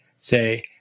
say